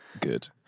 good